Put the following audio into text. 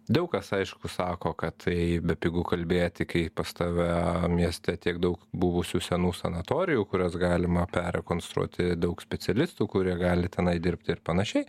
daug kas aišku sako kad tai bepigu kalbėti kai pas tave mieste tiek daug buvusių senų sanatorijų kurias galima perrekonstruoti daug specialistų kurie gali tenai dirbti ir panašiai